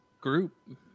group